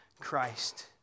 Christ